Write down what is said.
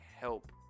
help